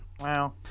wow